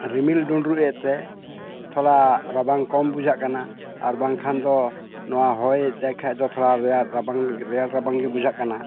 ᱨᱤᱢᱤᱞ ᱰᱩᱰᱨᱩᱡ ᱮᱫ ᱛᱮ ᱛᱷᱚᱲᱟ ᱨᱟᱵᱟᱝ ᱠᱚᱢ ᱵᱩᱡᱷᱟᱹᱜ ᱠᱟᱱᱟ ᱟᱨ ᱵᱟᱝᱠᱷᱟᱱ ᱫᱚ ᱱᱚᱣᱟ ᱦᱚᱭᱛᱮ ᱠᱷᱟᱡ ᱫᱚ ᱛᱷᱚᱲᱟ ᱨᱮᱭᱟᱲ ᱨᱟᱵᱟᱝ ᱨᱮᱭᱟᱲ ᱨᱟᱵᱟᱝ ᱜᱮ ᱵᱩᱡᱷᱟᱹᱜ ᱠᱟᱱᱟ